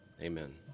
Amen